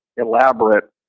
elaborate